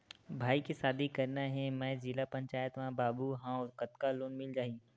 भाई के शादी करना हे मैं जिला पंचायत मा बाबू हाव कतका लोन मिल जाही?